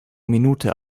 minute